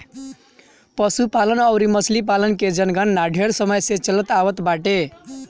पशुपालन अउरी मछरी पालन के जनगणना ढेर समय से चलत आवत बाटे